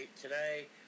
today